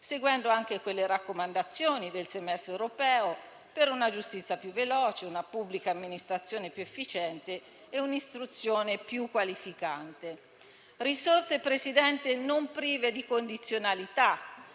seguendo anche le raccomandazioni del semestre europeo per una giustizia più veloce, una pubblica amministrazione più efficiente e un'istruzione più qualificante. Sono risorse, signor Presidente, non prive di condizionalità;